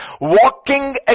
Walking